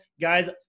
guys